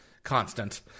constant